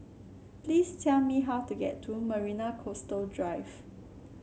please tell me how to get to Marina Coastal Drive